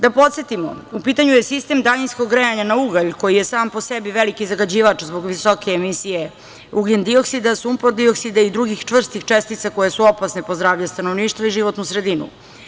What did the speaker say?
Da podsetimo, u pitanju je sistem daljinskog grejanja na ugalj koji je sam po sebi veliki zagađivač zbog visoke emisije ugljendioksida, sumpor-dioksida i drugih čvrstih čestica koje su opasne po zdravlje stanovništva i životnu sredinu.